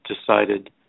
decided